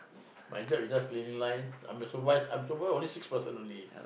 my job is just cleaning line I'm the supervise I supervise only six person only